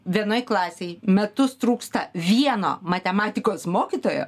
vienoj klasėj metus trūksta vieno matematikos mokytojo